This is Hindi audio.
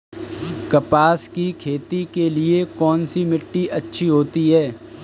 कपास की खेती के लिए कौन सी मिट्टी अच्छी होती है?